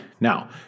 Now